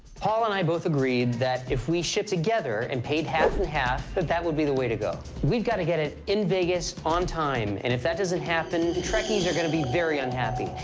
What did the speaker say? paul and i both agreed that if we ship together and paid half and half that that would be the way to go. we've got to get it in vegas on time, and if that doesn't happen, trekkies are gonna be very unhappy,